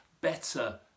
better